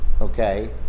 okay